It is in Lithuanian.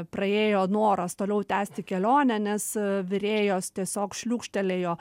praėjo noras toliau tęsti kelionę nes virėjos tiesiog šliūkštelėjo